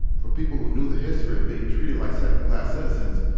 for people who knew the history of being treated like second-class citizens,